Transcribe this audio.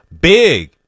Big